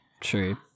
true